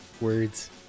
words